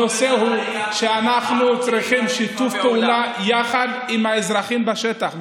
הנושא הוא שאנחנו צריכים שיתוף פעולה יחד עם האזרחים בשטח.